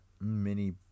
mini